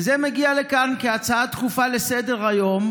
וזה מגיע לכאן כהצעה דחופה לסדר-היום,